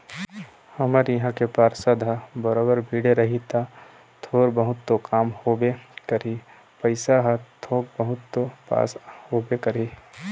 हमर इहाँ के पार्षद ह बरोबर भीड़े रही ता थोर बहुत तो काम होबे करही पइसा ह थोक बहुत तो पास होबे करही